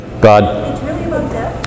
God